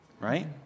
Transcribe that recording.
right